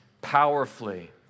powerfully